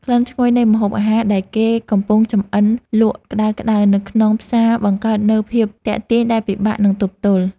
ក្លិនឈ្ងុយនៃម្ហូបអាហារដែលគេកំពុងចម្អិនលក់ក្តៅៗនៅក្នុងផ្សារបង្កើតនូវភាពទាក់ទាញដែលពិបាកនឹងទប់ទល់។